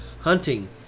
hunting